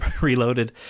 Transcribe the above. Reloaded